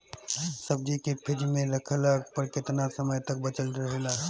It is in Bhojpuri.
सब्जी के फिज में रखला पर केतना समय तक बचल रहेला?